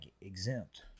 exempt